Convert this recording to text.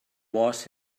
was